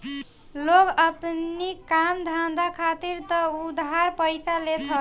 लोग अपनी काम धंधा खातिर तअ उधार पइसा लेते हवे